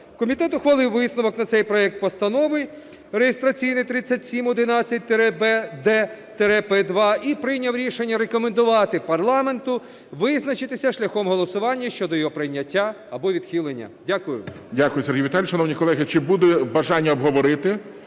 Комітет ухвалив висновок на цей проект постанови (реєстраційний 3711-д-П2) і прийняв рішення рекомендувати парламенту визначитися шляхом голосування щодо його прийняття або відхилення. Дякую. ГОЛОВУЮЧИЙ. Дякую, Сергій Віталійович. Шановні колеги, чи буде питання обговорити?